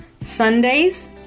Sundays